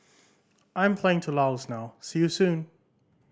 I'm flying to Laos now see you soon